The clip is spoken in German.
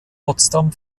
potsdam